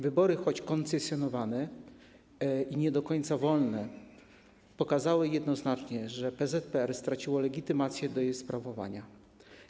Wybory, choć koncesjonowane i nie do końca wolne, pokazały jednoznacznie, że PZPR straciło legitymację do sprawowania władzy.